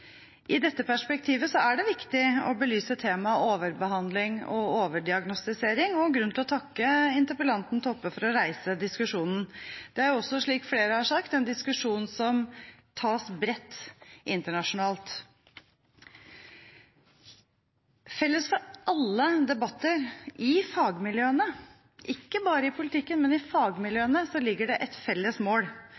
I dette perspektivet er det viktig å belyse temaet overbehandling og overdiagnostisering, og det er grunn til å takke interpellanten Toppe for å reise diskusjonen. Dette er, slik flere har sagt, også en diskusjon som tas bredt internasjonalt. Felles for alle debatter i fagmiljøene – ikke bare i politikken, men i